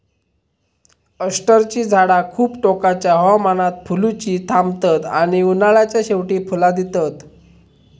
अष्टरची झाडा खूप टोकाच्या हवामानात फुलुची थांबतत आणि उन्हाळ्याच्या शेवटी फुला दितत